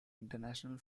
international